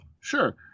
Sure